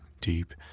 deep